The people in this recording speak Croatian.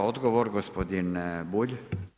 Odgovor, gospodin Bulj.